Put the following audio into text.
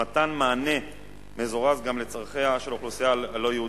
החוק מאפשר מתן מענה מזורז גם לצרכיה של האוכלוסייה הלא-יהודית,